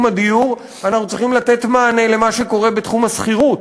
הדיור אנחנו צריכים לתת מענה למה שקורה בתחום השכירות,